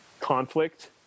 conflict